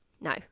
No